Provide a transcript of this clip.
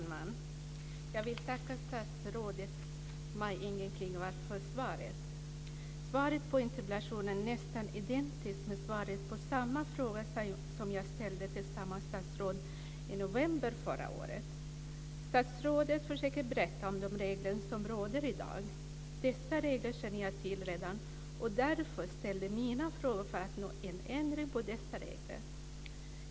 Fru talman! Jag vill tacka statsrådet Maj-Inger Klingvall för svaret. Svaret på interpellationen är nästan identiskt med svaret på samma fråga som jag ställde till samma statsråd i november förra året. Statsrådet försöker berätta om de regler som gäller i dag. Dessa regler känner jag redan till, och jag ställer mina frågor för att få en ändring på dessa regler.